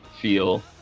feel